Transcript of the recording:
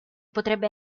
potrebbe